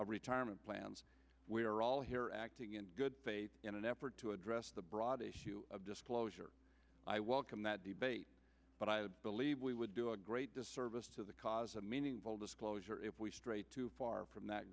of retirement plans we are all here acting in good faith in an effort to address the broader issue of disclosure i welcome that debate but i believe we would do a great disservice to the cause of meaningful disclosure if we stray too far from that